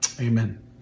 Amen